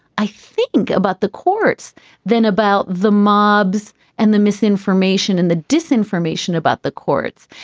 i think, about the courts than about the mobs and the misinformation and the disinformation about the courts.